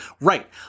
right